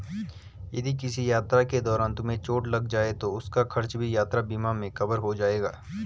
यदि किसी यात्रा के दौरान तुम्हें चोट लग जाए तो उसका खर्च भी यात्रा बीमा में कवर हो जाएगा